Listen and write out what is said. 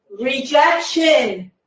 rejection